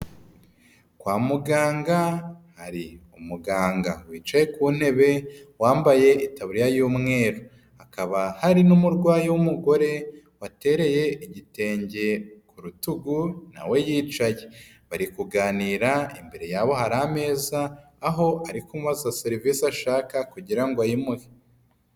Kwa muganga hari umuganga wicaye ku ntebe wambaye itaburiya y'umweru. Hakaba hari n'umurwayi w'umugore, watereye igitenge ku rutugu nawe yicaye. Bari kuganira imbere yabo hari ameza, aho arikumubaza serivisi ashaka kugira ngo ayimuhe.